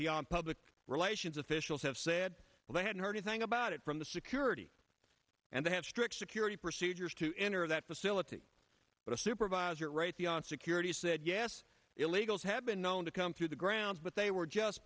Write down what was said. beyond public relations officials have said they hadn't heard a thing about it from the security and they have strict security procedures to enter that facility but a supervisor right the on security said yes illegals had been known to come through the grounds but they were just